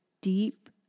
deep